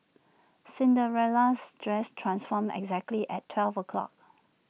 Cinderella's dress transformed exactly at twelve o'clock